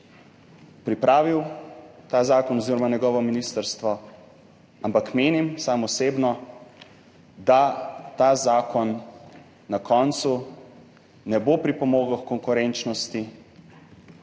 pripravil ta zakon oziroma njegovo ministrstvo, ampak osebno menim, da ta zakon na koncu ne bo pripomogel h konkurenčnosti,